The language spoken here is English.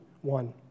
one